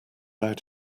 out